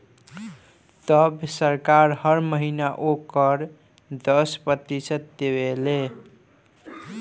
तब सरकार हर महीना ओकर दस प्रतिशत देवे ले